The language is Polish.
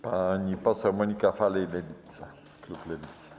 Pani poseł Monika Falej, klub Lewica.